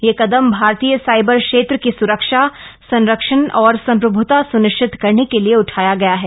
यह कदम भारतीय साइबर क्षेत्र की सुरक्षा संरक्षा और संप्रभूता सुनिश्चित करने के लिए उठाया गया है